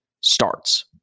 starts